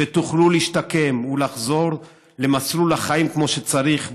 שתוכלו להשתקם ולחזור למסלול החיים כמו שצריך,